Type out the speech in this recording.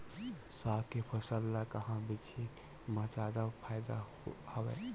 साग के फसल ल कहां बेचे म जादा फ़ायदा हवय?